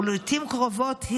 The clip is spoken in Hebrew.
ולעיתים קרובות היא